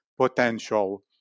potential